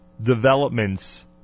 developments